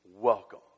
Welcome